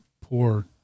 poor